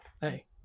Hey